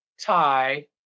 tie